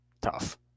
Tough